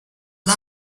lie